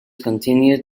continue